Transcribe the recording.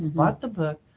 bought the book,